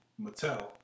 Mattel